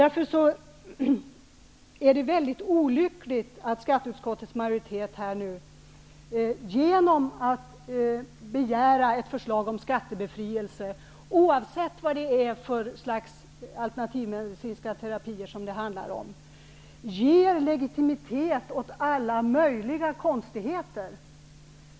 Därför är det väldigt olyckligt att skatteutskottets majoritet genom att begära ett förslag om skattebefrielse, oavsett vad det är för slags alternativmedicinska terapier som det handlar om, ger legitimitet åt alla möjliga konstigheter.